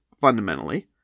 fundamentally